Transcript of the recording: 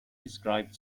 described